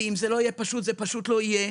כי אם זה לא יהיה פשוט זה פשוט לא יהיה.